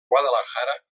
guadalajara